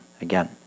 again